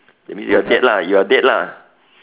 that means you are dead lah you are dead lah